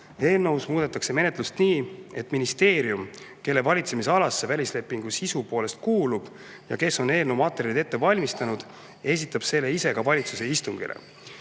Eelnõuga muudetakse menetlust nii, et ministeerium, kelle valitsemisalasse välisleping sisu poolest kuulub ja kes on eelnõu materjalid ette valmistanud, esitab selle ise ka valitsuse istungile.